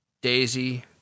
Daisy